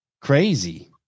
Crazy